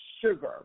sugar